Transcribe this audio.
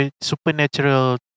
supernatural